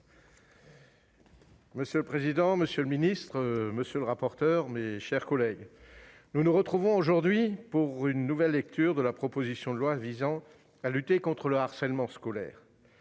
Monsieur le président, monsieur le ministre, mes chers collègues, nous nous retrouvons aujourd'hui pour une nouvelle lecture de la proposition de loi visant à combattre le harcèlement scolaire.